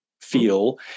feel